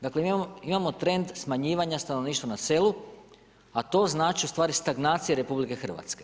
Dakle mi imamo trend smanjivanja stanovništva na selu a to znači ustvari stagnacija RH.